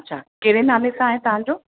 अच्छा कहिड़े नाले सां आहे तव्हांजो